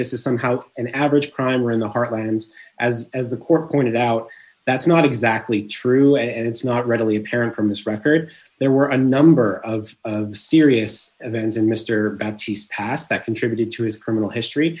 this is somehow an average primer in the heartland as as the court pointed out that's not exactly true and it's not readily apparent from his record there were a number of serious events in mr batty's past that contributed to his criminal history